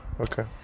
okay